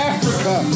Africa